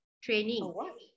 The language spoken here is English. Training